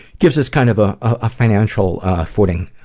gives us kind of ah a financial footing.